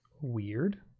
weird